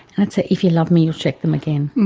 and i'd say, if you love me you'll check them again.